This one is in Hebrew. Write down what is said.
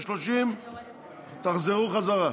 ב-13:30 תחזרו חזרה.